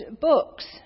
books